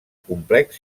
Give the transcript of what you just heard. complex